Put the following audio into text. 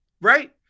right